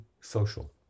social